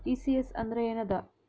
ECS ಅಂದ್ರ ಏನದ?